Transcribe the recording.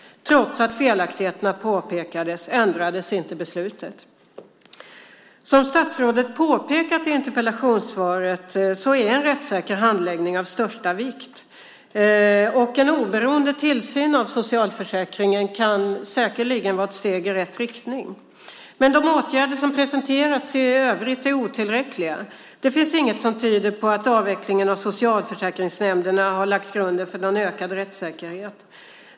Trots att felaktigheterna påpekades ändrades inte beslutet. Som statsrådet påpekat i interpellationssvaret är en rättssäker handläggning av största vikt. En oberoende tillsyn av socialförsäkringen kan säkerligen vara ett steg i rätt riktning. Men de åtgärder som presenterats i övrigt är otillräckliga. Det finns inget som tyder på att avvecklingen av socialförsäkringsnämnderna har lagt grunden för någon ökad rättssäkerhet.